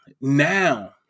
now